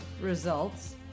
results